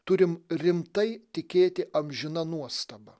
turim rimtai tikėti amžina nuostaba